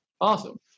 awesome